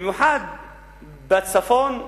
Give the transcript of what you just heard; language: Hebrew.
במיוחד בצפון,